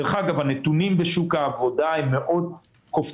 דרך אגב, הנתונים בשוק העבודה מאוד קופצניים.